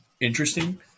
interesting